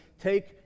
take